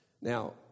Now